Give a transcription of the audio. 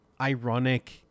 ironic